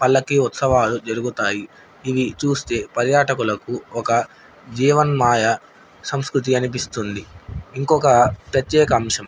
పళ్ళకి ఉత్సవాలు జరుగుతాయి ఇవి చూస్తే పర్యాటకులకు ఒక జీవన్మాయ సంస్కృతి అనిపిస్తుంది ఇంకొక ప్రత్యేక అంశం